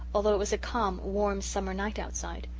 although it was a calm, warm summer night outside.